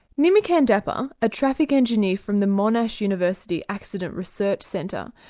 nimmi candappa, a traffic engineer from the monash university accident research centre,